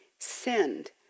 send